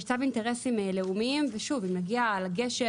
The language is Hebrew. יש צו אינטרסים לאומיים ואם נגיע לגשר